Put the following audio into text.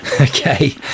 Okay